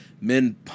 Men